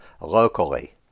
locally